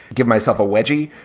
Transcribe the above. give myself a wedgie.